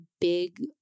big